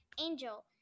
angel